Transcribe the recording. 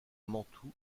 mantoue